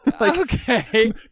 okay